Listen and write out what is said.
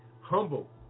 humble